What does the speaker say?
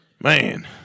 Man